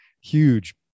huge